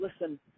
listen